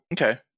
Okay